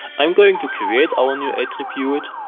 i'm going to create our new attribute,